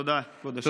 תודה, כבוד היושב-ראש.